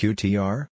Qtr